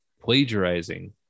plagiarizing